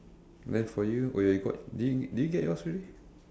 then for you wait wait you got did you did you get yours already